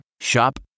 Shop